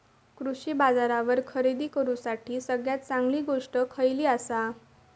कृषी बाजारावर खरेदी करूसाठी सगळ्यात चांगली गोष्ट खैयली आसा?